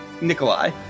Nikolai